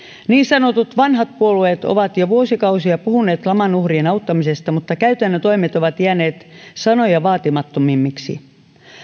niin sanotut vanhat puolueet ovat jo vuosikausia puhuneet laman uhrien auttamisesta mutta käytännön toimet ovat jääneet sanoja vaatimattomammiksi